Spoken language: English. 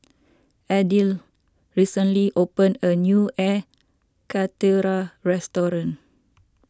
Abdiel recently opened a new Air Karthira restaurant